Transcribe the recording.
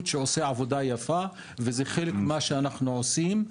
שעושה עבודה יפה וזה חלק ממה שאנחנו עושים,